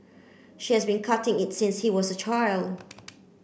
she has been cutting it since he was a child